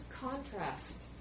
contrast